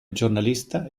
giornalista